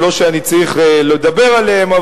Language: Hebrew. זה לא שאני צריך לדבר עליהן,